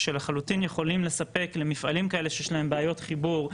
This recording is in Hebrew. שלחלוטין יכולים לספק למפעלים כאלה שיש להם בעיות חיבור,